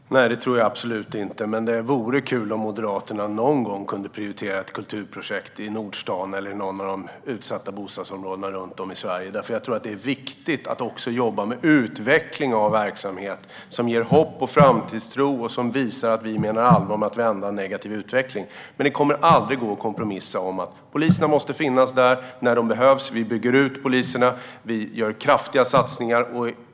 Fru talman! Nej, det tror jag absolut inte. Men det vore kul om Moderaterna någon gång kunde prioritera ett kulturprojekt i Nordstan eller något av de utsatta bostadsområdena runt om i Sverige. Jag tror att det är viktigt att också jobba med utveckling av verksamhet som ger hopp och framtidstro och som visar att vi menar allvar med att vända en negativ utveckling. Men det kommer aldrig att gå att kompromissa om att poliserna måste finnas där när de behövs. Vi bygger ut polisen och gör kraftiga satsningar.